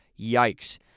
Yikes